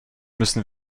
müssen